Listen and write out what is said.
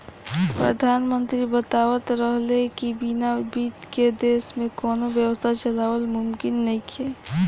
प्रधानमंत्री बतावत रहले की बिना बित्त के देश में कौनो व्यवस्था चलावल मुमकिन नइखे